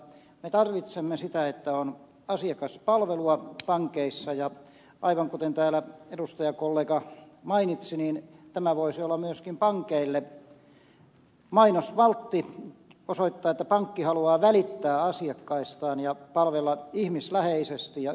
me tarvitsemme sitä että on asiakaspalvelua pankeissa ja aivan kuten täällä edustajakollega mainitsi niin tämä voisi olla myöskin pankeille mainosvaltti osoittaa että pankki haluaa välittää asiakkaistaan ja palvella ihmisläheisesti ja ystävällisesti